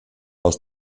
aus